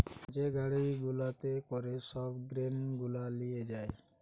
যে গাড়ি গুলাতে করে সব গ্রেন গুলা লিয়ে যায়